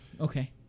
Okay